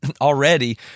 already